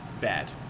Bad